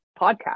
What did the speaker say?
podcast